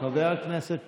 אמיר אוחנה, אופיר כץ,